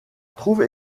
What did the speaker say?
trouve